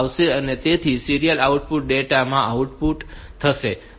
તેથી તે serial output data માં આઉટપુટ થશે